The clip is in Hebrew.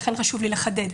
ולכן חשוב לי לחדד: